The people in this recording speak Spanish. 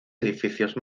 edificios